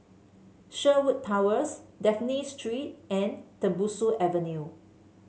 Sherwood Towers Dafne Street and Tembusu Avenue